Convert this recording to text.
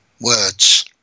words